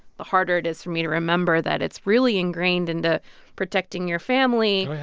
the harder it is for me to remember that it's really ingrained into protecting your family.